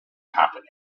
happening